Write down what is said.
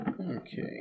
Okay